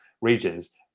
regions